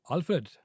Alfred